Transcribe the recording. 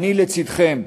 אני לצדכם,